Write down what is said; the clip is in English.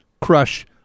crush